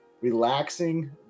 relaxing